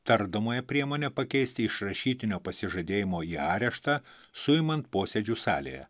tardomąją priemonę pakeisti iš rašytinio pasižadėjimo į areštą suiman posėdžių salėje